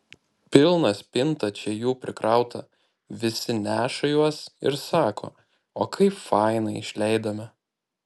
pilna spinta čia jų prikrauta visi neša juos ir sako o kaip fainai išleidome